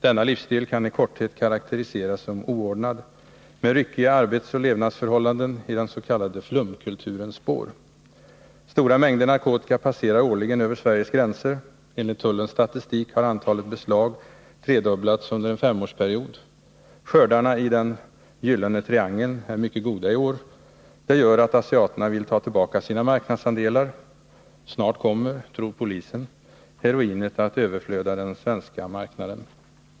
Denna livsstil kan i korthet karakteriseras som oordnad, med ryckiga arbetsoch levnadsförhållanden i den s.k. flumkulturens spår. Stora mängder narkotika passerar årligen över Sveriges gränser. Enligt tullens statistik har antalet beslag tredubblats under en femårsperiod. Skördarna i den ”gyllene triangeln” är mycket goda i år. Det gör att asiaterna vill ta tillbaka sina marknadsandelar. Snart kommer -— tror polisen — heroinet att överflöda den svenska marknaden.